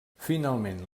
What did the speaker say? finalment